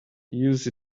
use